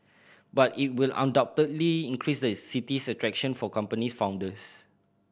but it will undoubtedly increase the city's attraction for company founders